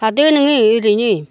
थादो नोङो ओरैनो